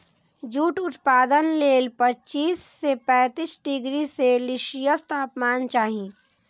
jute उत्पादन लेल पच्चीस सं पैंतीस डिग्री सेल्सियस तापमान चाही